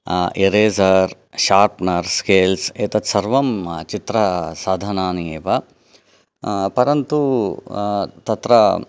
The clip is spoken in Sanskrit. एरेसर् शार्प्नर् स्केल्स् एतत् सर्वं चित्रसाधनानि एव परन्तु तत्र